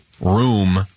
room